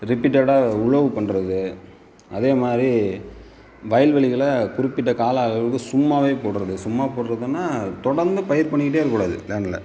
ரிப்பீட்டடாக உழவு பண்ணுறது அதே மாதிரி வயல்வெளிகளை குறிப்பிட்ட கால அளவுக்கு சும்மாவே போடுறது சும்மா போடுறதுன்னா தொடர்ந்து பயிர் பண்ணிக்கிட்டே இருக்ககூடாது லேண்ட்டில்